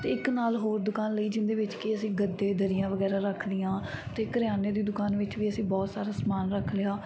ਅਤੇ ਇੱਕ ਨਾਲ ਹੋਰ ਦੁਕਾਨ ਲਈ ਜਿਹਦੇ ਵਿੱਚ ਕਿ ਅਸੀਂ ਗੱਦੇ ਦਰੀਆਂ ਵਗੈਰਾ ਰੱਖ ਲਈਆਂ ਅਤੇ ਕਰਿਆਨੇ ਦੀ ਦੁਕਾਨ ਵਿੱਚ ਵੀ ਅਸੀਂ ਬਹੁਤ ਸਾਰਾ ਸਮਾਨ ਰੱਖ ਲਿਆ